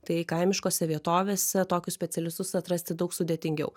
tai kaimiškose vietovėse tokius specialistus atrasti daug sudėtingiau